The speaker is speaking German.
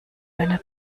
einer